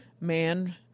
man